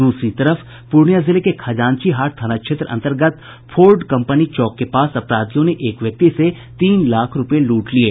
दूसरी तरफ पूर्णियां जिले के खजांची हाट थाना क्षेत्र अंतर्गत फोर्ड कंपनी चौक के पास अपराधियों ने एक व्यक्ति से तीन लाख रूपये लूट लिये